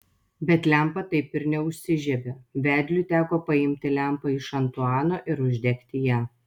bet lempa taip ir neužsižiebė vedliui teko paimti lempą iš antuano ir uždegti ją